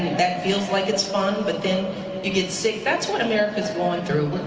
that feels like it's fun, but then you get sick. that's what america is going through.